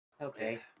Okay